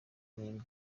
n’imwe